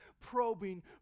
probing